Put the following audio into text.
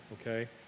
okay